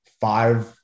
five